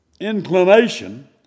Inclination